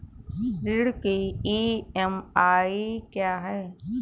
ऋण की ई.एम.आई क्या है?